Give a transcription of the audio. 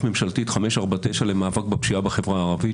ממשלתית 549 למאבק בפשיעה בחברה הערבית,